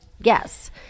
Yes